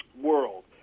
world